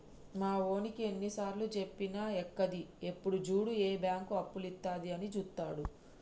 మావోనికి ఎన్నిసార్లుజెప్పినా ఎక్కది, ఎప్పుడు జూడు ఏ బాంకు అప్పులిత్తదా అని జూత్తడు